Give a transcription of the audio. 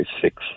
six